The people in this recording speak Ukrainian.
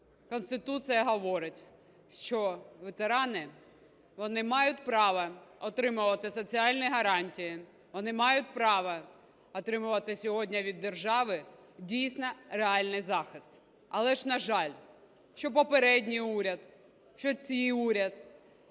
Конституція говорить, що ветерани, вони мають право отримувати соціальні гарантії, вони мають право отримувати сьогодні від держави дійсно реальний захист. Але, на жаль, що попередній уряд, що цей уряд –